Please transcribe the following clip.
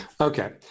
Okay